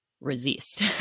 resist